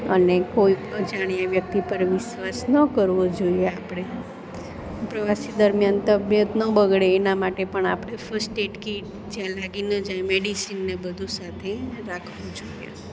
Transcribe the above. અને કોઈક અજાણી વ્યક્તિ પર વિશ્વાસ ન કરવો જોઈએ આપણે પ્રવાસી દરમ્યાન તબિયત ન બગડે એના માટે પણ આપણે ફર્સ્ટ એડ કીટ જ્યાં લાગી ન જાય મેડિસિનને બધું સાથે રાખવું જોઈએ